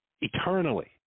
eternally